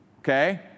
okay